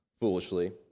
foolishly